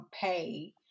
pay